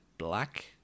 black